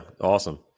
awesome